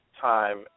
time